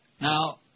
Now